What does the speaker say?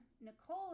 Nicole